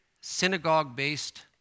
synagogue-based